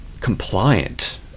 compliant